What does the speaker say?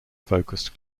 focused